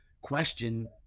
question